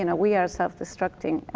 and we are self-destructing,